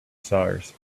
stars